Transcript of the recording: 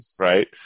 right –